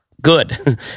Good